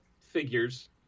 figures